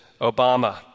Obama